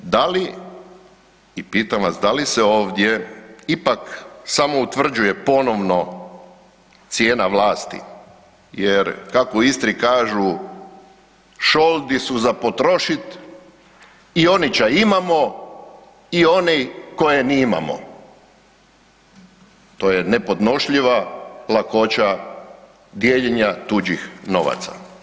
Da li i pitam vas da li se ovdje ipak samo utvrđuje ponovno cijena vlasti jer kako u Istri kažu, šoldi su za potrošit i oni ća imamo i oni koje nimamo, to je nepodnošljiva lakoća dijeljenja tuđih novaca.